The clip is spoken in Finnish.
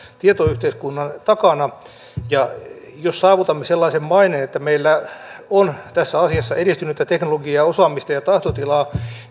tietoyhteiskunnan takana ja jos saavutamme sellaisen maineen että meillä on tässä asiassa edistynyttä teknologiaa ja osaamista ja tahtotilaa